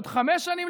בעוד חמש שנים,